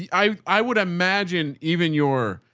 yeah i i would imagine even your,